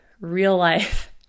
real-life